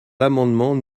l’amendement